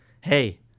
hey